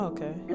Okay